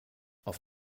auf